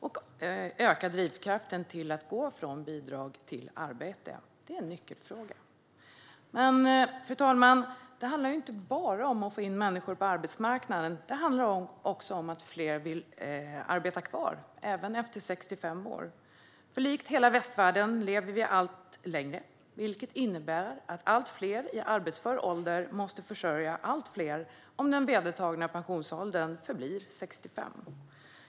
Att öka drivkraften att gå från bidrag till arbete är en nyckelfråga. Men, fru talman, det handlar inte bara om att få in människor på arbetsmarknaden. Det handlar också om att få fler att vilja arbeta kvar även efter 65 års ålder. I hela västvärlden lever vi allt längre, vilket innebär att allt fler i arbetsför ålder måste försörja allt fler om den vedertagna pensionsåldern förblir 65 år.